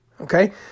Okay